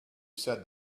says